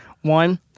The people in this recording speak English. One